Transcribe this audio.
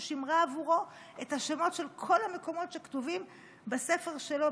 ששימרה עבורו את השמות של כל המקומות שכתובים בספר שלו,